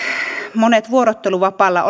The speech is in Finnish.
monelle vuorotteluvapaalla